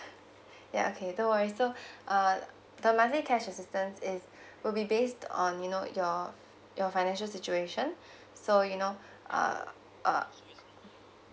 ya okay no worries so uh the monthly cash assistance is will be based on you know your your financial situation so you know uh uh